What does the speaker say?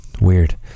weird